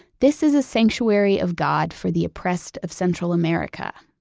this is a sanctuary of god for the oppressed of central america,